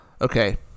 Okay